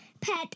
pet